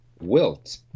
Wilt